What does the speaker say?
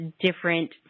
different